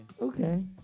Okay